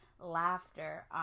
laughter